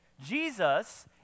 Jesus